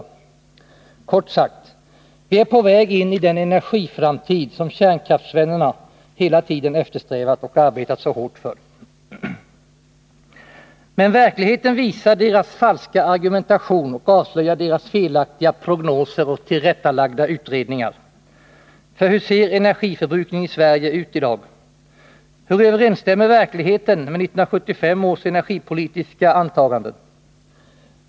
Kort sagt: vi är på väg in i den energiframtid som kärnkraftsvännerna hela tiden eftersträvat och arbetat så hårt för. Men verkligheten visar deras falska argumentation och avslöjar deras felaktiga prognoser och tillrättalagda utredningar. För hur ser energiförbrukningen i Sverige ut i dag? Hur överensstämmer verkligheten med 1975 års energipolitiska antaganden?